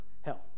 hell